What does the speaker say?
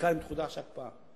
בעיקר אם תחודש ההקפאה.